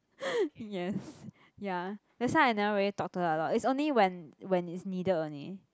yes ya that's why I never really talk to her a lot it's only when when it's needed only